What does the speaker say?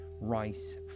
rice